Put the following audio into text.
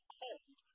cold